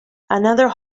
another